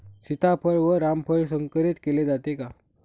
सीताफळ व रामफळ संकरित केले जाते का?